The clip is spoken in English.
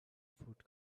fruit